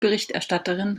berichterstatterin